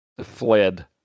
fled